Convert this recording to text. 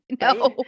No